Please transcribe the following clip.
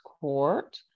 court